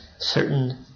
certain